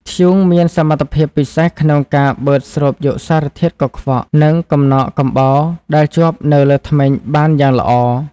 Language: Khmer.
ធ្យូងមានសមត្ថភាពពិសេសក្នុងការបឺតស្រូបយកសារធាតុកខ្វក់ និងកំណកកំបោរដែលជាប់នៅលើធ្មេញបានយ៉ាងល្អ។